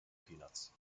peanuts